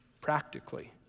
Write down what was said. practically